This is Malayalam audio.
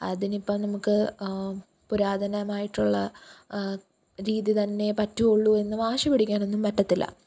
അതിനിപ്പം നമുക്ക് പുരാതനമായിട്ടുള്ള രീതിയിൽ തന്നെ പറ്റുകയുള്ളൂ എന്നു വാശി പിടിക്കാൻ ഒന്നും പറ്റത്തില്ല